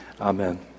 Amen